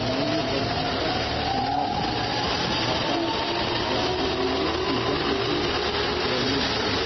نئی جگہوں پر شناخت بقا اور قبولیت کی جنگ بھی لڑنی پڑی